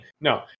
no